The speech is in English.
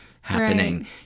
happening